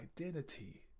identity